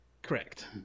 Correct